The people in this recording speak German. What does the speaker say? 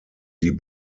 die